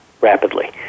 rapidly